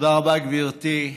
תודה רבה, גברתי.